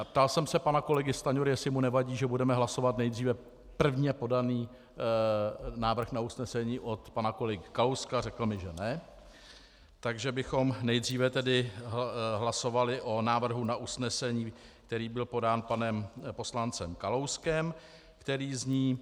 Ptal jsem se pana kolegy Stanjury, jestli mu nevadí, že budeme hlasovat nejdříve prvně podaný návrh na usnesení od pana kolegy Kalouska, řekl mi, že ne, takže bychom nejdříve tedy hlasovali o návrhu na usnesení, který byl podán panem poslancem Kalouskem, který zní: